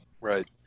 Right